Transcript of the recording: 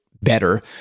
better